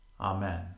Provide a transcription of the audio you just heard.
Amen